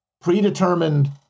predetermined